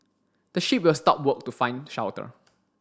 the sheep will stop work to find shelter